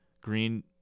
Green